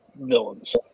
villains